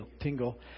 tingle